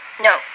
No